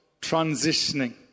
transitioning